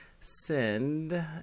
send